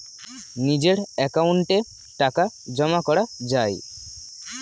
নিজের অ্যাকাউন্টে টাকা জমা করা যায়